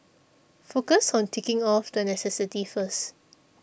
focus on ticking off the necessities first